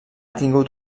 tingut